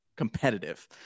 Competitive